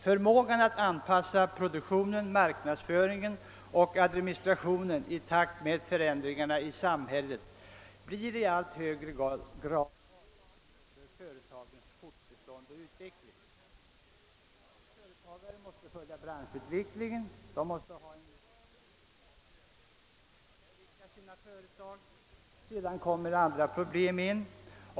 Förmågan att anpassa produktion, marknadsföring och administration i takt med förändringarna i samhället blir i allt högre grad avgörande för företagens fortbestånd och utveckling. Dagens företagare måste följa branschutvecklingen, de måste ha en bild av hur konkurrenterna utvecklar sina företag. Sedan kommer även andra problem till.